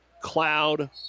cloud